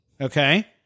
Okay